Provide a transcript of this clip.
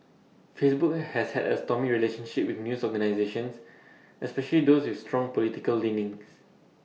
Facebook has had A stormy relationship with news organisations especially those with strong political leanings